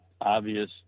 obvious